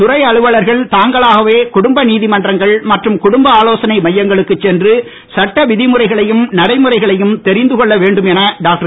துறை அலுவலர்கள் தாங்களாகவே குடும்ப நீதிமன்றங்கள் மற்றும் குடும்ப ஆலோசனை மையங்களுக்குச் சென்று சட்டவிதிமுறைகளையும் நடைமுறைகளையும் தெரிந்து கொள்ள வேண்டும் என டாக்டர்